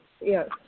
Yes